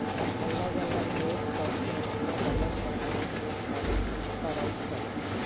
अल्लग अल्लग देश सभ में अल्लग अल्लग प्रकार के फल फरइ छइ